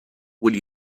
will